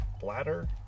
bladder